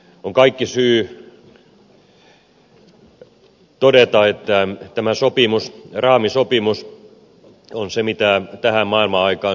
on kaikki syy todeta että tämä raamisopimus on se mitä tähän maailmanaikaan suomi tarvitsee